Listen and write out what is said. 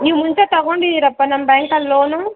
ನೀವು ಮುಂಚೆ ತಗೊಂಡಿದ್ದೀರಾಪ್ಪ ನಮ್ಮ ಬ್ಯಾಂಕಲ್ಲಿ ಲೋನು